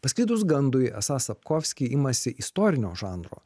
pasklidus gandui esą sapkovski imasi istorinio žanro